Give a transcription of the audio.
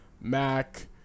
Mac